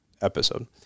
episode